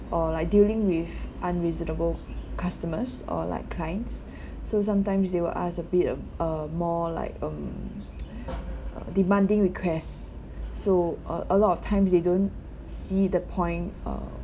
or like dealing with unreasonable customers or like clients so sometimes they will ask a bit um uh more like um demanding requests so a a lot of times they don't see the point of